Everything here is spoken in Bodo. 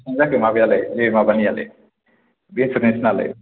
बेसेबां जाखो माबायालाय बे माबानियालाय बे इन्सुरेन्स नालाय